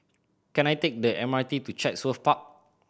can I take the M RT to Chatsworth Park